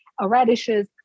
radishes